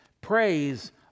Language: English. Praise